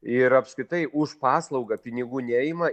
ir apskritai už paslaugą pinigų neima